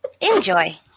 enjoy